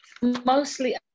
Mostly